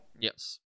Yes